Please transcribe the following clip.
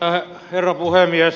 arvoisa herra puhemies